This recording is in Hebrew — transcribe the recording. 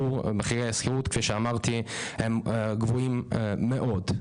מחירי השכירות כפי שאמרתי הם גבוהים מאוד.